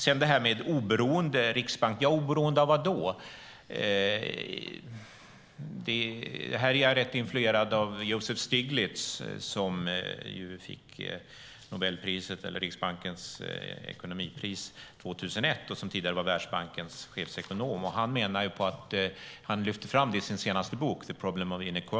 När det gäller en oberoende riksbank undrar jag vad den är oberoende av. Här är jag rätt influerad av Joseph Stiglitz som fick Riksbankens ekonomipris till Alfred Nobels minne 2001 och som tidigare var Världsbankens chefsekonom. Han lyfte fram detta i sin senaste bok The Price of Inequality .